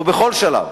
ובכל שלב,